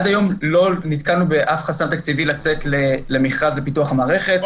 עד היום לא נתקלנו באף חסם תקציבי לצאת למכרז לפיתוח המערכת,